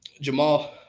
Jamal